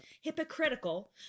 hypocritical